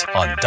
on